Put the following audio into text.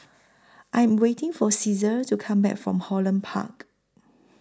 I Am waiting For Ceasar to Come Back from Holland Park